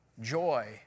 joy